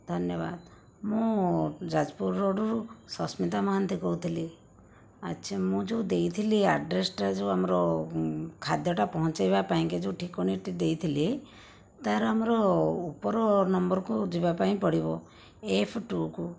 ଧନ୍ୟବାଦ ମୁଁ ଯାଜପୁର ରୋଡ଼ରୁ ସସ୍ମିତା ମହାନ୍ତି କହୁଥିଲି ଆଚ୍ଛା ମୁଁ ଯେଉଁ ଦେଇଥିଲି ଆଡ୍ରେସଟା ଯେଉଁ ଆମର ଖାଦ୍ୟଟା ପହଞ୍ଚେଇବା ପାଇଁକି ଯେଉଁ ଠିକଣାଟି ଦେଇଥିଲି ତା ର ଆମର ଉପର ନମ୍ବରକୁ ଯିବା ପାଇଁ ପଡ଼ିବ ଏଫ ଟୁ କୁ